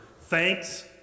thanks